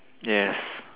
yes